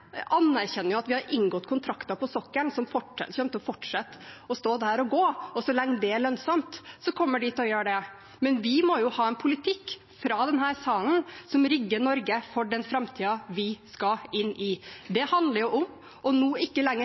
anerkjenner at vi har inngått kontrakter på sokkelen, som kommer til å fortsette å stå der og gå – og så lenge det er lønnsomt, kommer de til å gjøre det. Men vi må ha en politikk fra denne salen som rigger Norge for den framtiden vi skal inn i. Det handler om nå ikke lenger